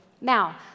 Now